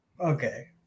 Okay